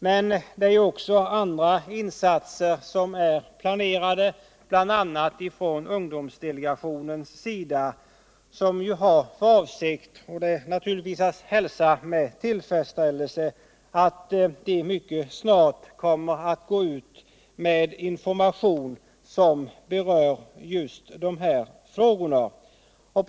Men även andra insatser är planerade, bl.a. från ungdomsdelegationens sida, som har för avsikt alt mycket snart gå ut med information som rör just de här frågorna. Det är naturligtvis att hälsa med tilltredsställelse.